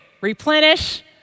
replenish